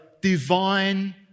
divine